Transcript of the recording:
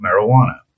marijuana